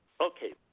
Okay